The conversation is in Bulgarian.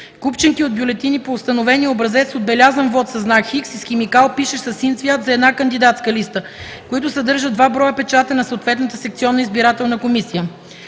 купчинки от бюлетини по установения образец с отбелязан вот със знак „Х” и с химикал, пишещ със син цвят, за една кандидатска листа, които съдържат два броя печата на съответната секционна избирателна комисия.